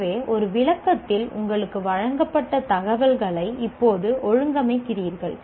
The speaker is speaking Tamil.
எனவே ஒரு விளக்கத்தில் உங்களுக்கு வழங்கப்பட்ட தகவல்களை இப்போது ஒழுங்கமைக்கிறீர்கள்